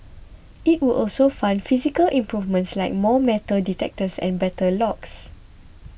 it would also fund physical improvements like more metal detectors and better locks